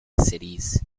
cities